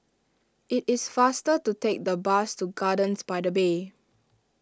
it is faster to take the bus to Gardens by the Bay